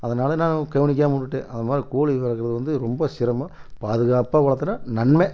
அதனால நான் கவனிக்காமல் விட்டுட்டேன் அது மாதிரி கோழி வளர்க்கறது வந்து ரொம்ப சிரமம் பாதுகாப்பாக வளர்த்தோன்னா நன்மை